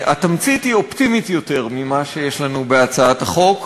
התמצית היא אופטימית יותר ממה שיש לנו בהצעת החוק,